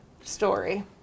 story